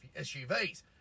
SUVs